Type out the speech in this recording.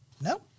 no